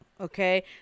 okay